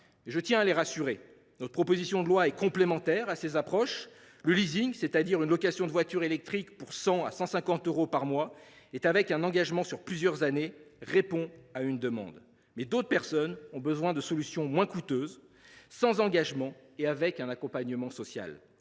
Je tiens à les rassurer : notre proposition de loi est complémentaire de ces approches. Le, qui consiste à louer une voiture électrique pour 100 à 150 euros par mois dans le cadre d’un engagement sur plusieurs années, répond aux demandes. Cependant, d’autres personnes ont besoin de solutions moins coûteuses, sans engagement, mais avec un accompagnement social